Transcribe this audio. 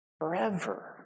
forever